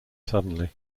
suddenly